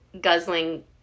guzzling